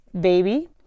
Baby